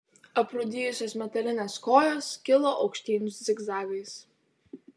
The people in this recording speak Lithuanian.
aprūdijusios metalinės kojos kilo aukštyn zigzagais